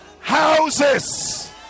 houses